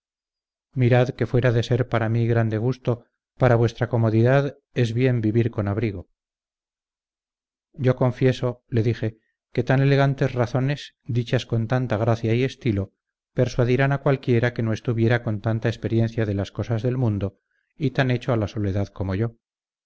mirad que fuera de ser para mi grande gusto para vuestra comodidad es bien vivir con abrigo yo confieso le dije que tan elegantes razones dichas con tanta gracia y estilo persuadirán a cualquiera que no estuviera con tanta experiencia de las cosas del mundo y tan hecho a la soledad como yo